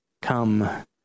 come